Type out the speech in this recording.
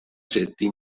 جدی